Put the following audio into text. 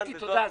קטי, תודה.